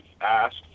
asked